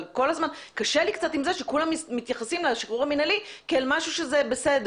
אבל קשה לי קצת עם זה שכולם מתייחסים לשחרור המנהלי כאל משהו שהוא בסדר,